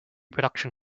production